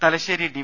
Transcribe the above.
Thalassery D